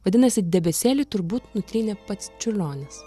vadinasi debesėlį turbūt nutrynė pats čiurlionis